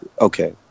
Okay